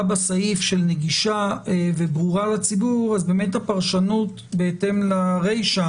בסעיף בדרך נגישה וברורה לציבור אז באמת הפרשנות בהתאם לרישא